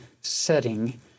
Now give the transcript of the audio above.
setting